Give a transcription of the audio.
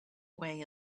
way